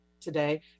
today